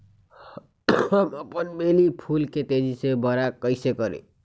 हम अपन बेली फुल के तेज़ी से बरा कईसे करी?